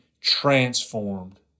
transformed